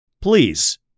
Please